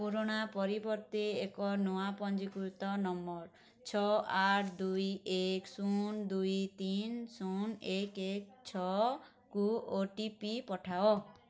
ପୁରୁଣା ପରିବର୍ତ୍ତେ ଏକ ନୂଆ ପଞ୍ଜୀକୃତ ନମ୍ବର୍ ଛଅ ଆଠ ଦୁଇ ଏକ ଶୂନ ଦୁଇ ତିନ ଶୂନ ଏକ ଏକ ଛଅକୁ ଓ ଟି ପି ପଠାଅ